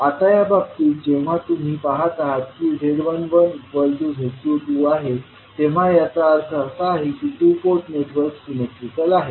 आता या बाबतीत जेव्हा तुम्ही आपण पाहता की z11 z22आहे तेव्हा याचा अर्थ असा आहे की टू पोर्ट नेटवर्क सिमेट्रीकल आहे